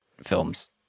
films